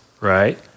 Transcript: right